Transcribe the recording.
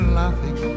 laughing